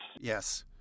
Yes